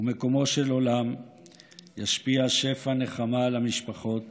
ומקומו של עולם ישפיע שפע נחמה על המשפחות